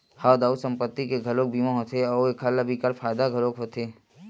हव दाऊ संपत्ति के घलोक बीमा होथे अउ एखर ले बिकट फायदा घलोक होथे